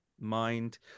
mind